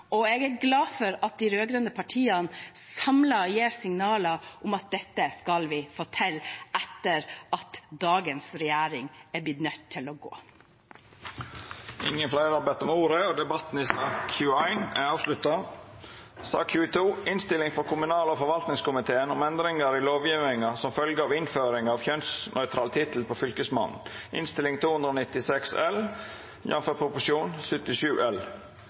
og jeg er glad for at de rød-grønne partiene samlet gir signaler om at dette skal vi få til etter at dagens regjering har blitt nødt til å gå. Fleire har ikkje bedt om ordet til sak nr. 21. Bare helt kort: Denne lovproposisjonen fra Kommunal- og moderniseringsdepartementet kommer som en direkte følge av